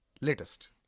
Latest